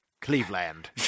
Cleveland